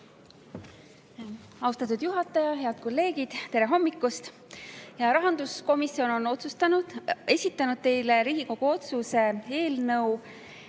Austatud juhataja! Head kolleegid! Tere hommikust! Rahanduskomisjon on esitanud teile Riigikogu otsuse eelnõu,